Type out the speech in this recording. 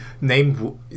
Name